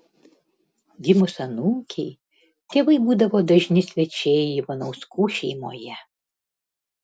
gimus anūkei tėvai būdavo dažni svečiai ivanauskų šeimoje